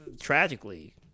tragically